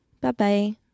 Bye-bye